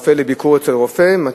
לביקור אצל הרופא.